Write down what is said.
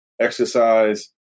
exercise